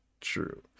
True